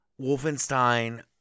Wolfenstein